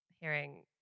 hearing